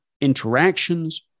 interactions